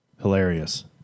Hilarious